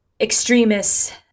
extremists